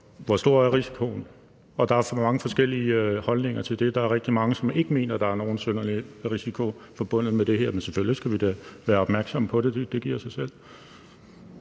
hvor stor risikoen er. Og der er for mange forskellige holdninger til det. Der er rigtig mange, som ikke mener, at der er nogen synderlig risiko forbundet med det her. Men selvfølgelig skal vi da være opmærksomme på det. Det giver sig selv.